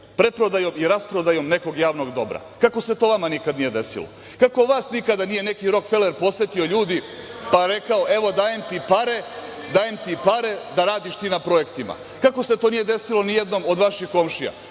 preprodajom i rasprodajom nekog javnog dobra? Kako se to vama nikad nije desilo? Kako vas nikada nije neki Rokfeler posetio, ljudi, pa rekao – evo, dajem ti pare da radiš ti na projektima? Kako se to nije desilo nijednom od vaših komšija?